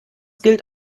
gilt